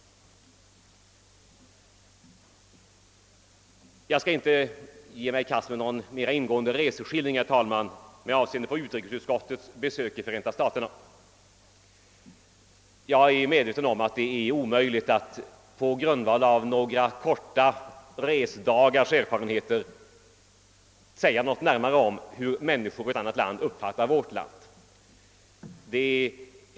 Jag skall inte ge mig in på någon mer ingående reseskildring med avseende på utrikesutskottets besök i Förenta staterna. Jag är medveten om att det är omöjligt att på grundval av några få resdagars erfarenheter säga något närmare om hur människor i ett annat land uppfattar vårt land.